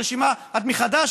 את מחד"ש,